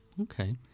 Okay